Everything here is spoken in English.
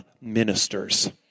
ministers